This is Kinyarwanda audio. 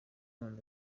none